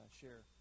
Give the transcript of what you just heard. share